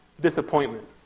disappointment